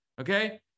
okay